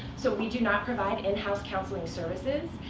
so we do not provide in-house counseling services.